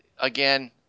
again